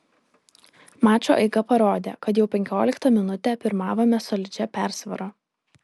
mačo eiga parodė kad jau penkioliktą minutę pirmavome solidžia persvara